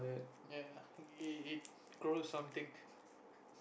ya it grow something